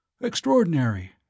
Extraordinary